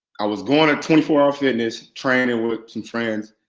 i was going at twenty four hour fitness training with some friends,